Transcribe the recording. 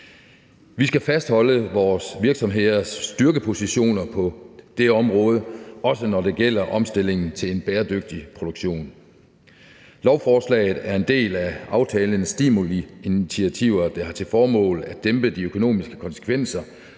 Vi skal fastholde vores virksomheders styrkepositioner på det område, også når det gælder omstilling til en bæredygtig produktion. Lovforslaget er en del af aftalen om stimuliinitiativer, og det har til formål at dæmpe de økonomiske konsekvenser,